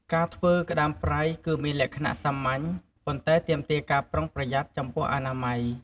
ការធ្វើក្ដាមប្រៃគឺមានលក្ខណៈសាមញ្ញ ប៉ុន្តែទាមទារការប្រុងប្រយ័ត្នចំពោះអនាម័យ។